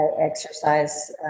exercise